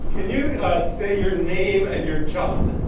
can you say your name and your job?